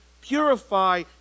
Purify